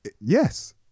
yes